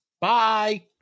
Bye